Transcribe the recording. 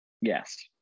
Yes